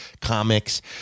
comics